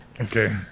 okay